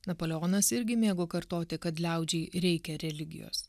napoleonas irgi mėgo kartoti kad liaudžiai reikia religijos